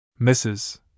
Mrs